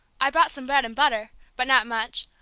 i brought some bread and butter but not much.